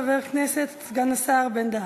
חבר הכנסת סגן השר בן-דהן.